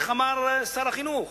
איך אמר שר החינוך,